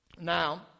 Now